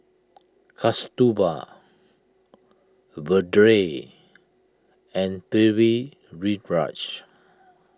Kasturba Vedre and Pritiviraj